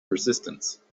resistance